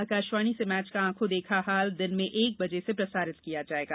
आकाशवाणी से मैच का आंखों देखा हाल दिन में एक बजे से प्रसारित किया जाएगा